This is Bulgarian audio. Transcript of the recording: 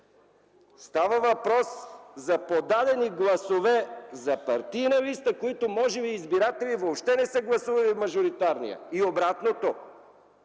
Става въпрос за подадени гласове за партийна листа, за които избирателите може би въобще не са гласували в мажоритарния. И обратното.